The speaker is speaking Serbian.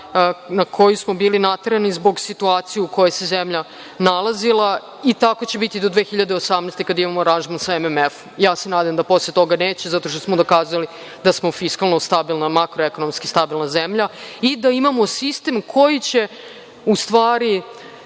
na koju smo bili naterani zbog situacije u kojoj se zemlja nalazila i tako će biti do 2018. godine kada imamo aranžman sa MMF-om. Ja se nadam da posle toga neće, zato što smo dokazali da smo fiskalno stabilna, makroekonomski stabilna zemlja i da imamo sistem koji će, u stvari,